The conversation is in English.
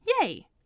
yay